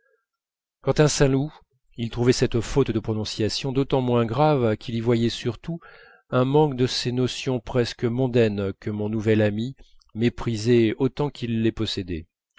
quant à saint loup il trouvait cette faute de prononciation d'autant moins grave qu'il y voyait surtout un manque de ces notions presque mondaines que mon nouvel ami méprisait autant qu'il les possédait